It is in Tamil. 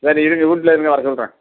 சரி இருங்க வீட்லயே இருங்க வர சொல்கிறேன்